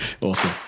Awesome